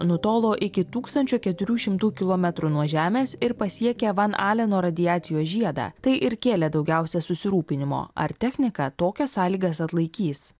nutolo iki tūkstančio keturių šimtų kilometrų nuo žemės ir pasiekė van aleno radiacijos žiedą tai ir kėlė daugiausia susirūpinimo ar technika tokias sąlygas atlaikys